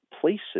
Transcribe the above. places